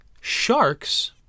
Sharks